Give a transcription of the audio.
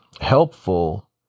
helpful